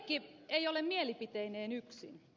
heikki ei ole mielipiteineen yksin